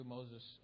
Moses